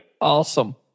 Awesome